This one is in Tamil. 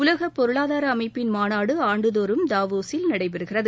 உலக பொருளாதார அமைப்பின் மாநாடு ஆண்டுதோறும் தாவோசில் நடைபெறுகிறது